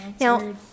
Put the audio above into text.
Now